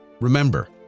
Remember